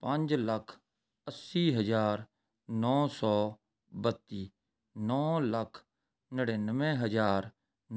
ਪੰਜ ਲੱਖ ਅੱਸੀ ਹਜ਼ਾਰ ਨੌਂ ਸੌ ਬੱਤੀ ਨੌਂ ਲੱਖ ਨੜਿਨਵੇਂ ਹਜ਼ਾਰ